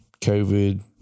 covid